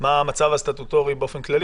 מה המצב הסטטוטורי באופן כללי.